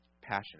Passionate